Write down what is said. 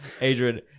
Adrian